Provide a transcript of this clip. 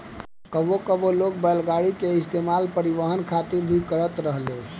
कबो कबो लोग बैलगाड़ी के इस्तेमाल परिवहन खातिर भी करत रहेले